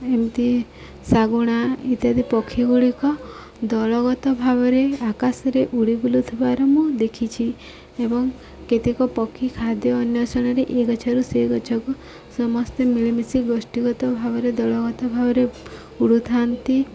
ଏମିତି ଶାଗୁଣା ଇତ୍ୟାଦି ପକ୍ଷୀ ଗୁଡ଼ିକ ଦଳଗତ ଭାବରେ ଆକାଶରେ ଉଡ଼ି ବୁଲୁ ଥିବାର ମୁଁ ଦେଖିଛି ଏବଂ କେତେକ ପକ୍ଷୀ ଖାଦ୍ୟ ଅନେଶ୍ୱଣରେ ଏଇ ଗଛରୁ ସେ ଗଛକୁ ସମସ୍ତେ ମିଳିମିଶି ଗୋଷ୍ଠୀଗତ ଭାବରେ ଦଳଗତ ଭାବରେ ଉଡ଼ୁଥାନ୍ତି